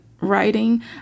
writing